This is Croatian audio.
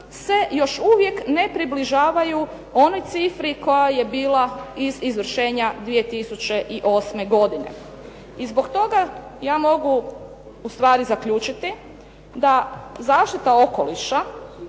se još uvijek ne približavaju onoj cifri koja je bila iz izvršenja 2008. godine. I zbog toga ja mogu ustvari zaključiti da zaštita okoliša,